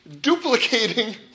duplicating